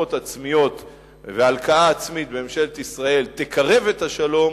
האשמות עצמיות והלקאה עצמית בממשלת ישראל תקרב את השלום,